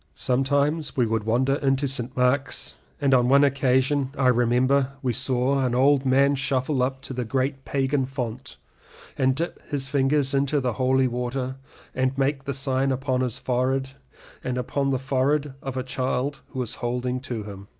sometimes we would wander into st. mark's and on one occasion i remember we saw an old man shuffle up to the great pagan font and dip his fingers into the holy water and make the sign upon his forehead and upon the forehead of a child who was holding to him.